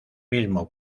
mismo